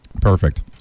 Perfect